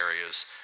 areas